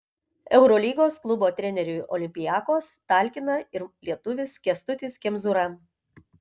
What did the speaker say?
eurolygos klubo treneriui olympiakos talkina ir lietuvis kęstutis kemzūra